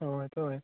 অঁ সেইটো হয়